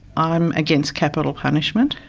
i'm against capital punishment,